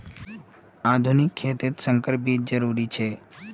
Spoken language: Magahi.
आधुनिक खेतित संकर बीज जरुरी छे